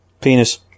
Penis